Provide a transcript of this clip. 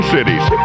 Cities